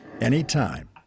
anytime